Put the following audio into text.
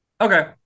okay